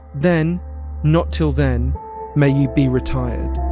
then not till then may you be retired